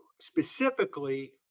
specifically